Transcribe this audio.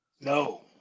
No